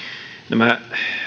nämä